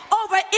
over